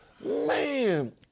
Man